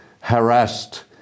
harassed